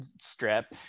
strip